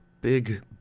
big